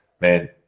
man